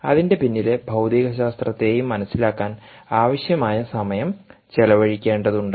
അതിന്റെ പിന്നിലെ ഭൌതികശാസ്ത്രത്തെയും മനസിലാക്കാൻ ആവശ്യമായ സമയം ചെലവഴിക്കേണ്ടതുണ്ട്